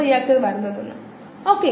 മറ്റ് പല മോഡലുകളും ലഭ്യമാണ്